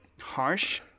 harsh